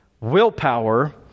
Willpower